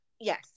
Yes